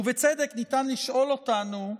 ובצדק ניתן לשאול אותנו,